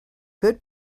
good